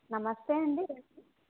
నమస్తే అండి